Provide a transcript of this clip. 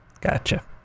gotcha